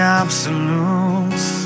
absolutes